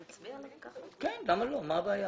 מה הבעיה